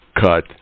cut